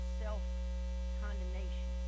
self-condemnation